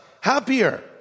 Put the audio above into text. happier